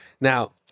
Now